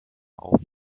auf